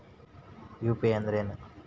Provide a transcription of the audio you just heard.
UPI ಅಂದ್ರೇನು?